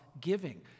giving